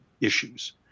issues